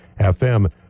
fm